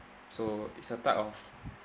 so it's a type of